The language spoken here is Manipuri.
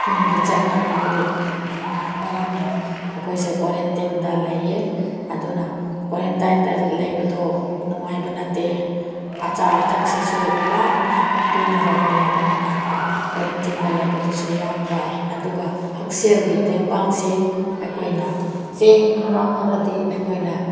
ꯈꯨꯟꯒꯤ ꯆꯠꯅꯕꯤꯒꯤ ꯃꯔꯝꯅ ꯑꯩꯈꯣꯏꯁꯦ ꯀꯣꯔꯦꯟꯇꯤꯟꯗ ꯂꯩꯌꯦ ꯑꯗꯨꯅ ꯀꯣꯔꯦꯟꯇꯥꯏꯟꯗ ꯂꯩꯕꯗꯣ ꯅꯨꯡꯉꯥꯏꯕ ꯅꯠꯇꯦ ꯑꯆꯥ ꯑꯊꯛꯁꯤꯁꯨ ꯂꯥꯞꯅ ꯄꯤꯅꯔꯒ ꯂꯩꯕꯅꯤꯅ ꯀꯣꯔꯦꯟꯇꯤꯟꯗ ꯂꯩꯕꯗꯨꯁꯨ ꯌꯥꯝ ꯋꯥꯏ ꯑꯗꯨꯒ ꯍꯛꯁꯦꯜꯒꯤ ꯇꯦꯡꯕꯥꯡꯁꯦ ꯑꯩꯈꯣꯏꯅ ꯆꯦꯡ ꯈꯔ ꯈꯔꯗꯤ ꯑꯩꯈꯣꯏꯅ